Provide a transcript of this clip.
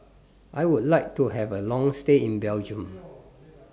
I Would like to Have A Long stay in Belgium